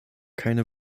keine